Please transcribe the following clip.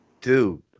Dude